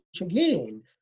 again